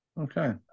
okay